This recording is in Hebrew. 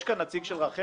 יש פה נציג של רח"ל?